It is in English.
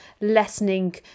lessening